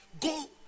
go